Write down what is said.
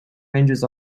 ranges